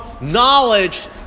knowledge